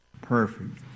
Perfect